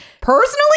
Personally